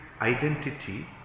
identity